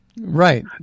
Right